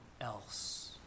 else